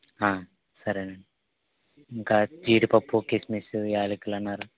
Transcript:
సరేనండి ఇంకా జీడిపప్పు కిస్మిస్సు యాలికులన్నారు